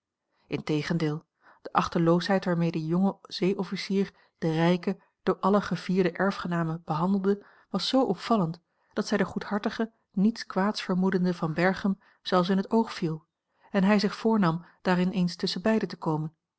integendeel de achteloosheid waarmee de jonge zee officier de rijke door allen gevierde erfgename behandelde was zoo opvallend dat zij den goedhartigen niets kwaads vermoedenden van berchem zelfs in t oog viel en hij zich voornam daarin eens tusschenbeiden te komen